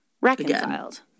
reconciled